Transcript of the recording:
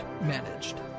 managed